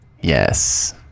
yes